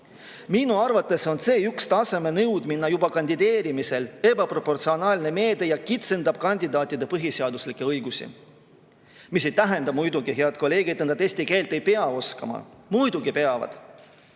Minu arvates on C1-taseme nõudmine juba kandideerimisel ebaproportsionaalne meede, mis kitsendab kandidaatide põhiseaduslikke õigusi, mis ei tähenda muidugi, head kolleegid, et nad eesti keelt ei pea oskama. Muidugi peavad!